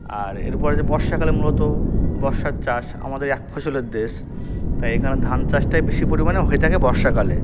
আর এরপরে বর্ষাকালে মূলত বর্ষার চাষ আমাদের এক ফসলের দেশ তাই এখানে ধান চাষটাই বেশি পরিমাণে হয়ে থাকে বর্ষাকালে